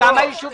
יישובים?